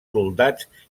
soldats